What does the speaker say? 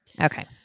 Okay